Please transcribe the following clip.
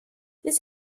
this